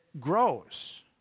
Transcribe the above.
grows